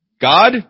God